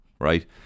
right